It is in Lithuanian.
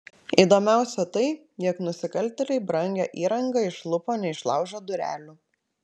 įdomiausia tai jog nusikaltėliai brangią įrangą išlupo neišlaužę durelių